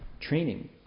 training